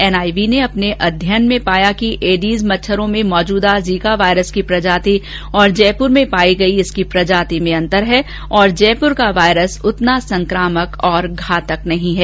NIV ने अपने अध्ययन में पाया कि एडीज मच्छरों में मौजूद जीका वाइरस की प्रजाति और जयपुर में पायी गयी इसकी प्रजाति में अंतर है तथा जयपुर का वाइरस उतना सकामक तथा घातक नहीं है